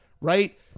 Right